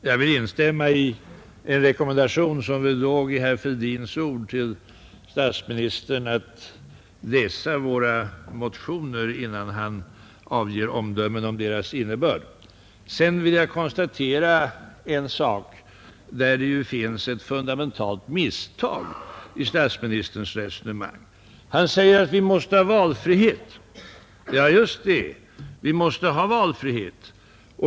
Fru talman! Jag vill instämma i den rekommendation till statsministern, som väl låg i herr Fälldins ord, att läsa våra motioner innan han avger omdömen om deras innebörd. Sedan vill jag konstatera att det finns ett fundamentalt misstag i statsministerns resonemang. Han säger att vi måste ha valfrihet. Ja, just det — vi måste ha valfrihet.